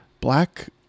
black